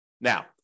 Now